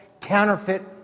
counterfeit